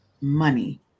money